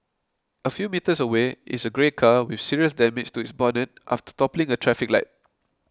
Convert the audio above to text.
a few metres away is a grey car with serious damage to its bonnet after toppling a traffic light